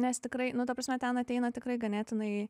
nes tikrai nu ta prasme ten ateina tikrai ganėtinai